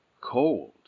cold